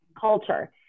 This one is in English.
culture